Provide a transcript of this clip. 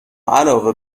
علاوه